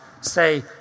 Say